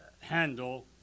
handle